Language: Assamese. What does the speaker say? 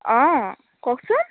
অঁ কওকচোন